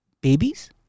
babies